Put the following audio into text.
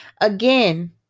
Again